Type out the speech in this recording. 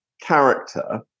character